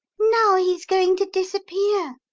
now he's going to disappear.